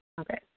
Okay